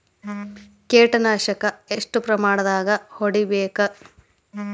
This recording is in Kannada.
ಕೇಟ ನಾಶಕ ಎಷ್ಟ ಪ್ರಮಾಣದಾಗ್ ಹೊಡಿಬೇಕ?